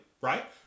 right